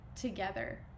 together